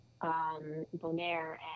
Bonaire